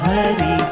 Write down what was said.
Hari